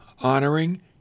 honoring